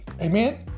Amen